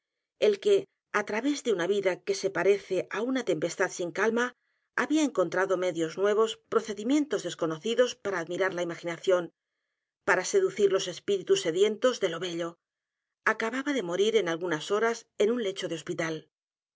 el que á través de una vida que se parece á u n a tempestad sin calma había encontrado medios nuevos procedimientos desconocidos para admirar la imaginación p a r a seducir los espíritus sedientos de lo bello acababa de morir en algunas horas en un lecho de hospital